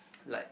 like